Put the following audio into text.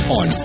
on